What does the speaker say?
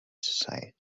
society